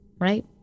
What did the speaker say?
right